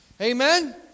Amen